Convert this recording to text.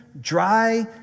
dry